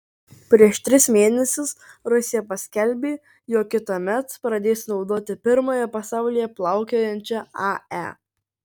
prieš tris mėnesius rusija paskelbė jog kitąmet pradės naudoti pirmąją pasaulyje plaukiojančią ae